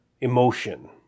emotion